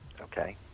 Okay